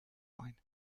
line